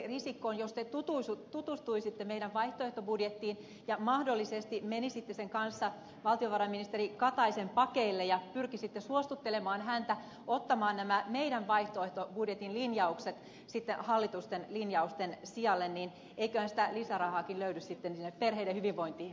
jos te tutustuisitte meidän vaihtoehtobudjettiimme ja mahdollisesti menisitte sen kanssa valtionvarainministeri kataisen pakeille ja pyrkisitte suostuttelemaan häntä ottamaan nämä meidän vaihtoehtobudjettimme linjaukset hallituksen linjausten sijalle niin eiköhän sitä lisärahaakin löydy sitten sinne perheiden hyvinvointiin